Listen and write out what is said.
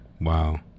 Wow